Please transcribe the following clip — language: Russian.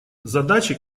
задачи